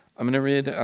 i'm going to read